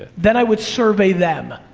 ah then i would survey them.